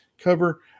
cover